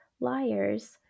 liars